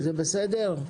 זה בסדר?